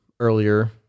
earlier